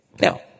Now